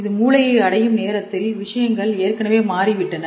இது மூளையை அடையும் நேரத்தில் விஷயங்கள் ஏற்கனவே மாறிவிட்டன